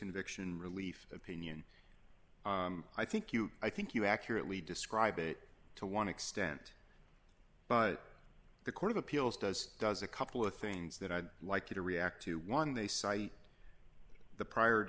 conviction relief opinion i think you i think you accurately describe it to one extent but the court of appeals does does a couple of things that i'd like you to react to one they cite the prior